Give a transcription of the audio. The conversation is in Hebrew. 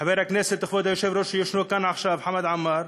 חבר הכנסת וכבוד היושב-ראש שישנו כאן עכשיו חמד עמאר.